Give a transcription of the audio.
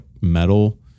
metal